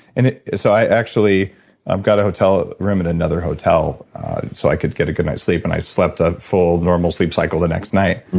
and so, i actually got a hotel room in another hotel so i could get a good night's sleep, and i slept a full, normal sleep cycle the next night.